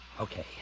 Okay